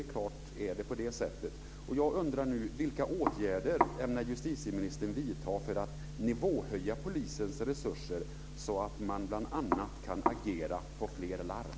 Det är helt klart så. kan agera på fler larm.